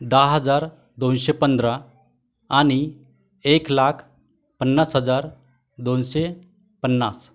दहा हजार दोनशे पंधरा आणि एक लाख पन्नास हजार दोनशे पन्नास